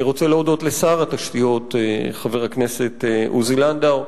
אני רוצה להודות לשר התשתיות חבר הכנסת עוזי לנדאו,